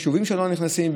יישובים שלא נכנסים,